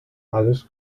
alles